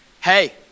hey